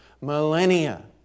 millennia